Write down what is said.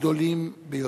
הגדולים ביותר,